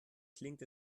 klingt